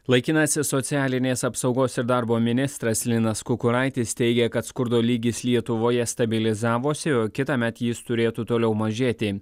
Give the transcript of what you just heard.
laikinasis socialinės apsaugos ir darbo ministras linas kukuraitis teigia kad skurdo lygis lietuvoje stabilizavosi o kitąmet jis turėtų toliau mažėti